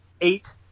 eight